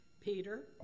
Peter